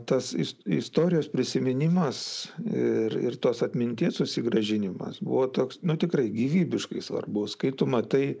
tas is istorijos prisiminimas ir ir tos atminties susigrąžinimas buvo toks tikrai gyvybiškai svarbus kai tu matai